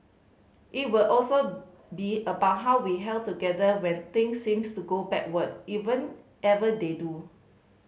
it will also be about how we held together when things seemed to go backward even ever they do